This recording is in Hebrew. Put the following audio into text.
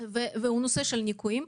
היא הנושא של הניכויים.